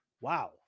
wow